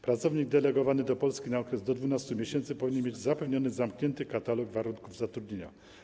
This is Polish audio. Pracownik delegowany do Polski na okres do 12 miesięcy powinien mieć zapewniony zamknięty katalog warunków zatrudnienia.